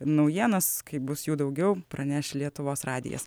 naujienos kaip bus jų daugiau praneš lietuvos radijas